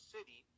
City